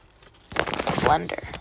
splendor